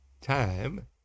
time